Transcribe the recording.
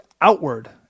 outward